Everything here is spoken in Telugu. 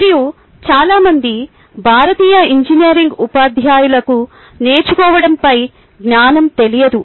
మరియు చాలా మంది భారతీయ ఇంజనీరింగ్ ఉపాధ్యాయులకు నేర్చుకోవడంపై జ్ఞానం తెలియదు